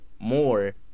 more